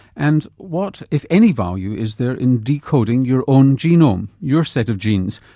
and what, if any, value is there in decoding your own genome, your set of genes,